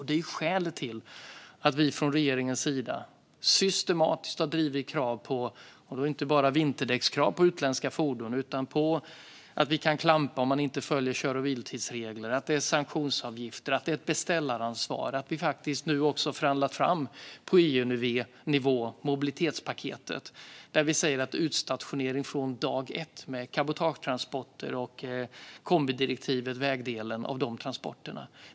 Detta är skälet till att regeringen systematiskt har drivit på för inte bara vinterdäckskrav på utländska fordon utan att man ska kunna klampa om reglerna för kör och vilotider inte följs. Det är också sanktionsavgifter och beställaransvar som gäller. På EU-nivå har vi förhandlat fram mobilitetspaketet, där vi säger utstationering från dag ett med cabotagetransporter, och kombidirektivet, vägdelen, av dessa transporter.